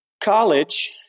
college